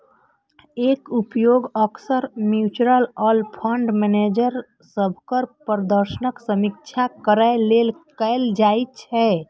एकर उपयोग अक्सर mutual fund manager सभक प्रदर्शनक समीक्षा करै लेल कैल जाइ छै